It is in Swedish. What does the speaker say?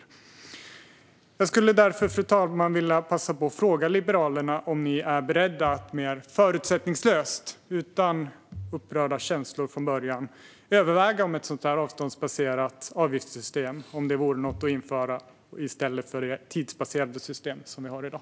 Därför skulle jag vilja passa på att fråga Liberalerna, fru talman, om de är beredda att mer förutsättningslöst - utan upprörda känslor från början - överväga om ett avståndsbaserat avgiftssystem vore något att införa i stället för det tidsbaserade system vi har i dag.